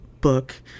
book